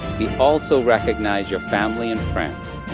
we also recognize your family and friends,